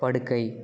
படுக்கை